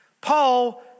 Paul